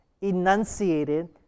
enunciated